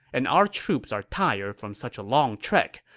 and our troops are tired from such a long trek.